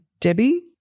Debbie